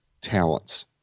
talents